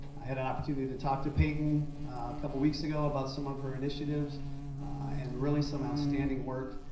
i had an opportunity to talk to peyton a couple weeks ago about some of her initiatives and really some outstanding work.